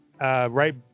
right